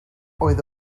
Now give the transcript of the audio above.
oedd